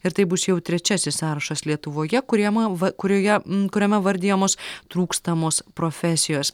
ir tai bus jau trečiasis sąrašas lietuvoje kuriama va kurioje kuriame vardijamos trūkstamos profesijos